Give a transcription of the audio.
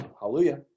Hallelujah